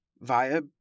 via